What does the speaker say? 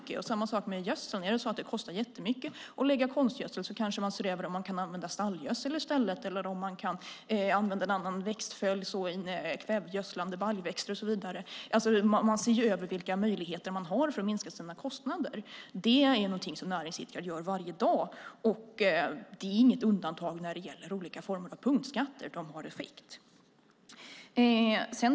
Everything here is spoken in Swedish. Det är samma sak med gödsel. Kostar det jättemycket att lägga ut konstgödsel ser man kanske över om man kan använda stallgödsel i stället eller om man kan använda en annan växtföljd och så in kvävegödslande baljväxter och så vidare. Man ser över vilka möjligheter man har att minska sina kostnader. Det är någonting som näringsidkare gör varje dag. Det är inget undantag när det gäller olika former av punktskatter. De har effekt.